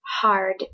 hard